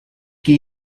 geh